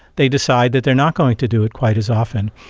they decide that they are not going to do it quite as often.